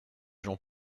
gens